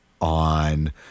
on